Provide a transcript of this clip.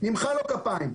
אמחא לו כפיים.